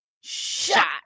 shot